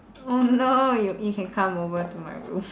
oh no you you can come over to my room